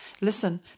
Listen